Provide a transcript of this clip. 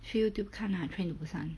去 YouTube 看 lah train to busan